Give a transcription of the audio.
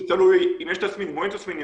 זה תלוי אם יש תסמינים או אין תסמינים,